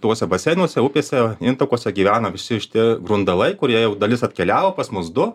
tuose baseinuose upėse intakuose gyvena visi šitie grundalai kurie jau dalis atkeliavo pas mus du